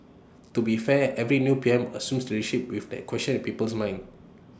to be fair every new P M assumes leadership with that question in people's minds